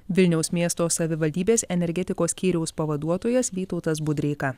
vilniaus miesto savivaldybės energetikos skyriaus pavaduotojas vytautas budreika